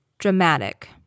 Dramatic